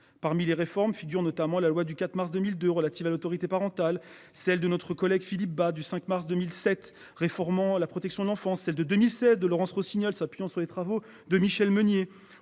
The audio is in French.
Parmi les réformes figure notamment la loi du 4 mars 2002 relative à l'autorité parentale, celle de notre collègue Philippe Bas du 5 mars 2007 réformant la protection de l'enfance, celle de 2016 de Laurence Rossignol, s'appuyant sur les travaux de Michel Meunier